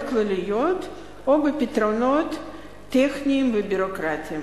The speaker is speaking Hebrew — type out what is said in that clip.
כלליות או בפתרונות טכניים ביורוקרטיים.